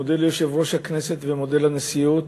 מודה ליושב-ראש הכנסת ומודה לנשיאות